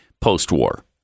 post-war